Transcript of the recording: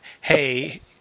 hey